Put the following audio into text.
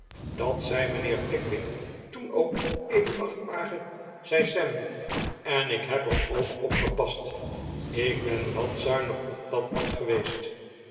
dat zei mijnheer pickwick toen ook edelachtbare zei sam en ik heb er ook op gepast ik ben wat zuinig op dat pak geweet